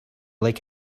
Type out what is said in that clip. like